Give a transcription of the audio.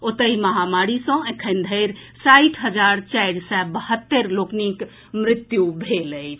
ओतहि महामारी सँ एखन धरि साठि हजार चारि सय बहत्तरि लोकनिक मृत्यु भेल अछि